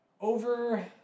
Over